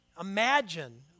Imagine